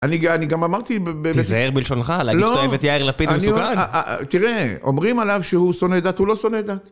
אני גם אמרתי... תיזהר בלשונך, להגיש שאתה אוהב את יאיר לפיד זה מסוכן. תראה, אומרים עליו שהוא שונא דת, הוא לא שונא דת.